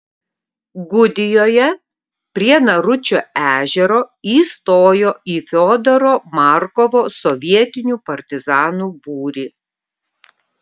gudijoje prie naručio ežero įstojo į fiodoro markovo sovietinių partizanų būrį